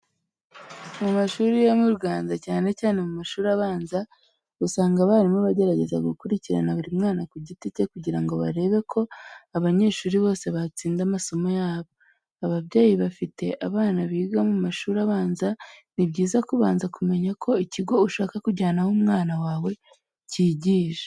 Mu mashuri yo mu Rwanda cyane cyane mu mashuri abanza, usanga abarimu bagerageza gukurikirana buri mwana ku giti cye kugira ngo barebe ko abanyeshuri bose batsinda amasomo yabo. Ababyeyi bafite abana biga mu mashuri abanza, ni byiza kubanza kumenya uko ikigo ushaka kujyanamo umwana wawe cyigisha.